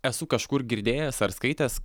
esu kažkur girdėjęs ar skaitęs